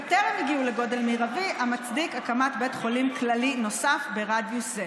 וטרם הגיעו לגודל מרבי המצדיק הקמת בית חולים כללי נוסף ברדיוס זה.